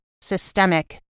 systemic